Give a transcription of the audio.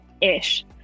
ish